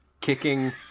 kicking